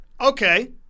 Okay